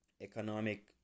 economic